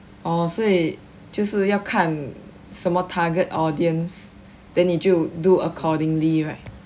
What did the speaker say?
orh 所以就是要看什么 target audience then 你就 do accordingly right